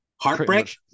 Heartbreak